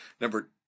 number